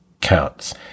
counts